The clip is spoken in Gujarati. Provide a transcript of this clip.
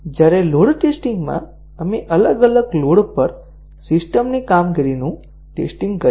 જ્યારે લોડ ટેસ્ટિંગમાં આપણે અલગ અલગ લોડ પર સિસ્ટમની કામગીરીનું ટેસ્ટીંગ કરીએ છીએ